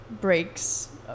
breaks